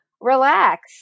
relax